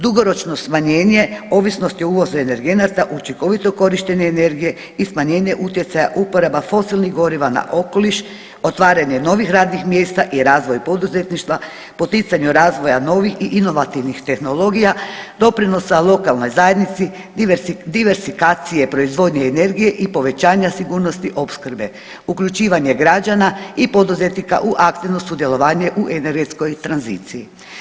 Dugoročno smanjenje ovisnosti uvoza energenata, učinkovito korištenje energije i smanjenje utjecaja uporaba fosilnih goriva na okoliš, otvaranje novih radnih mjesta i razvoj poduzetništva, poticanju razvoja novih i inovativnih tehnologija, doprinosa lokalnoj zajednici, diversikacije proizvodnje energije i povećanja sigurnosti opskrbe, uključivanje građana i poduzetnika u aktivno sudjelovanje u energetskoj tranziciji.